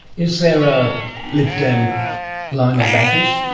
is there a lib dem line on badgers?